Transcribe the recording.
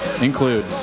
Include